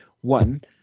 One